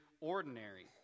ordinary